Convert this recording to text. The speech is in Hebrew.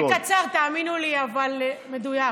זה קצר, תאמינו לי, אבל מדויק.